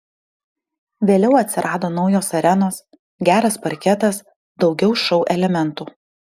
vėliau atsirado naujos arenos geras parketas daugiau šou elementų